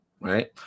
Right